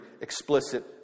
explicit